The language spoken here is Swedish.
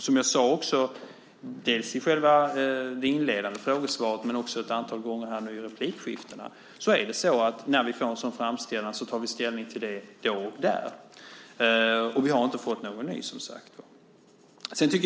Som jag sade i interpellationssvaret men också ett antal gånger i mina inlägg är det så att när vi får en sådan framställan tar vi ställning till den då, men vi har inte fått någon ny framställan.